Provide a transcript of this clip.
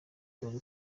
dore